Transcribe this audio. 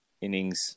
innings